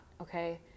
okay